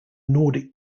nordic